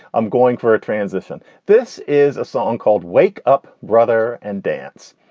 i'm going for a transition. this is a song called wake up brother and dance.